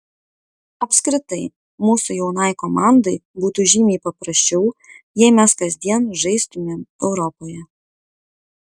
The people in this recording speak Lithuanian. apskritai mūsų jaunai komandai būtų žymiai paprasčiau jei mes kasdien žaistumėm europoje